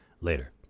Later